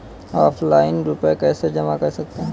Offline रुपये कैसे जमा कर सकते हैं?